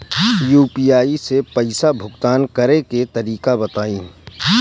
UPI से पईसा भुगतान करे के तरीका बताई?